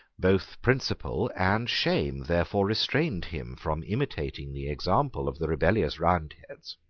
both principle and shame therefore restrained him from imitating the example of the rebellious roundheads,